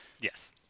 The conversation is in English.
Yes